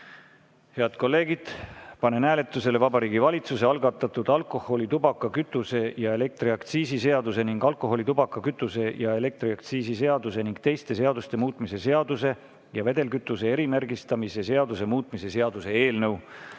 kolleegid, panen hääletusele Vabariigi Valitsuse algatatud alkoholi-, tubaka-, kütuse- ja elektriaktsiisi seaduse ning alkoholi-, tubaka-, kütuse- ja elektriaktsiisi seaduse ning teiste seaduste muutmise seaduse ja vedelkütuse erimärgistamise seaduse muutmise seaduse eelnõu